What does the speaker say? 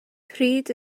pryd